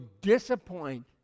disappoint